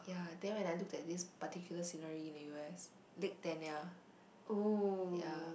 ya then when I look at this particular scenery in the U_S lake-tenaya ya